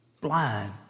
Blind